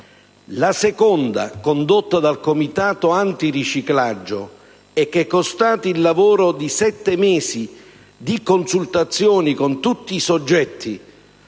la seconda, condotta dal Comitato antiriciclaggio e costata il lavoro di sette mesi di consultazioni con tutti i soggetti